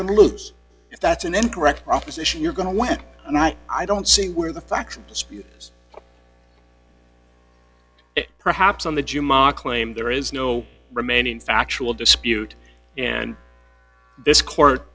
to lose if that's an incorrect proposition you're going to win and i i don't see where the facts dispute is perhaps on the jim ah claim there is no remaining factual dispute and this court